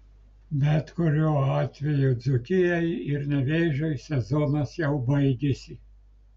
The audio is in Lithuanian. bet kuriuo atveju dzūkijai ir nevėžiui sezonas jau baigėsi